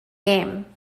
game